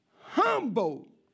humble